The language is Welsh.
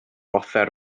offer